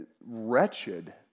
wretched